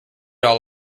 all